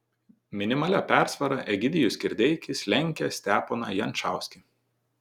minimalia persvara egidijus kirdeikis lenkia steponą jančauskį